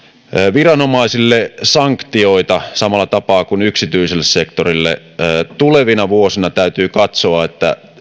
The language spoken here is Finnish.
viranomaisille sanktioita samalla tapaa kuin yksityiselle sektorille tulevina vuosina täytyy katsoa